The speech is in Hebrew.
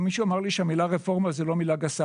מישהו אמר לי שהמילה רפורמה היא לא מילה גסה.